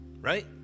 right